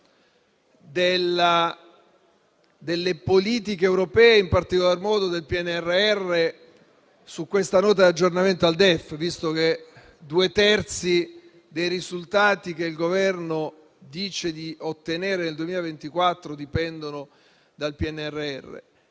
delle politiche europee, in particolar modo del PNRR su questa Nota di aggiornamento al DEF, visto che due terzi dei risultati che il Governo dice di ottenere nel 2024 dipendono dal PNRR,